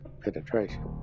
penetration